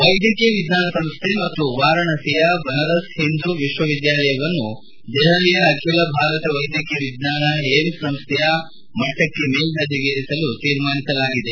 head ವೈದ್ಯಕೀಯ ವಿಜ್ವಾನ ಸಂಸ್ಥೆ ಮತ್ತು ವಾರಾಣಸಿಯ ಬನಾರಸ್ ಹಿಂದೂ ವಿಶ್ವವಿದ್ಯಾಲಯವನ್ನು ದೆಹಲಿಯ ಅಖಿಲ ಭಾರತ ವೈದ್ಯಕೀಯ ವಿಜ್ವಾನ ಏಮ್ಸ್ ಸಂಸ್ಥೆಯ ಮಟ್ಟಕ್ಕೆ ಮೇಲ್ವರ್ಣೆಗೇರಿಲು ತೀರ್ಮಾನಿಸಲಾಗಿದೆ